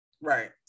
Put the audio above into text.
Right